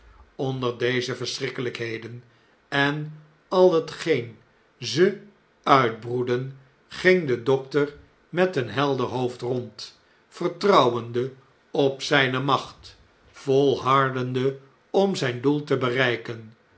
onder deze verschrikkeln'kheden en al hetgeen ze uitbroedden ging de dokter met een helder hoofd rond vertrouwende op zjjne macht volhardende om zh'n doel te bereiken